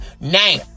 Now